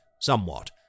somewhat